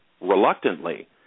reluctantly